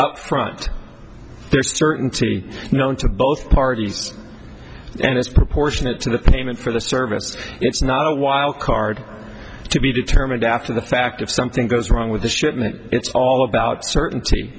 upfront their certainty known to both parties and it's proportionate to the payment for the service it's not a wild card to be determined after the fact if something goes wrong with the shipment it's all about certain